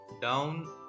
down